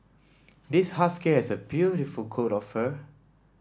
this husky has a beautiful coat of fur